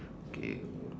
K